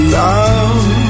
love